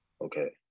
Okay